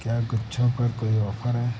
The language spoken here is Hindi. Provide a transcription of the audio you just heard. क्या गुच्छों पर कोई ऑफर है